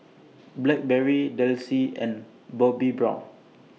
Blackberry Delsey and Bobbi Brown